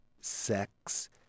sex